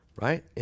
right